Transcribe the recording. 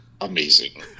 amazing